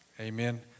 Amen